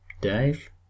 Dave